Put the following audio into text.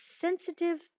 sensitive